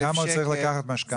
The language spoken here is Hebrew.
שקל --- כמה הוא צריך לקחת משכנתא?